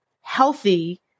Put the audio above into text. healthy